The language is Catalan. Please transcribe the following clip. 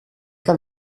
que